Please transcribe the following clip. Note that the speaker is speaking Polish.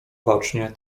bacznie